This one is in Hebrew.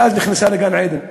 ואז נכנסה לגן-עדן.